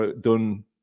done